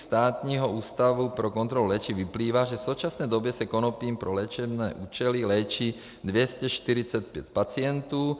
Státním ústavem pro kontrolu léčiv vyplývá, že v současné době se konopím pro léčebné účely léčí 245 pacientů.